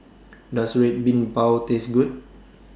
Does Red Bean Bao Taste Good